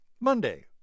Monday